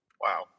Wow